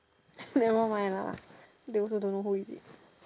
nevermind lah they also don't know who is it